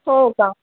हो का